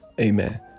Amen